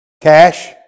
cash